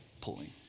pulling